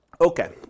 Okay